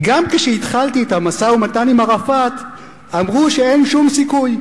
"גם כשהתחלתי את המשא-ומתן עם ערפאת אמרו שאין שום סיכוי.